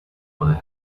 poder